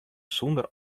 sûnder